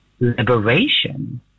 Liberation